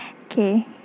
Okay